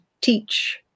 teach